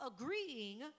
agreeing